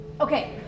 Okay